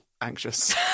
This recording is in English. anxious